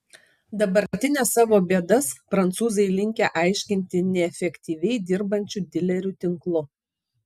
dabartines savo bėdas prancūzai linkę aiškinti neefektyviai dirbančiu dilerių tinklu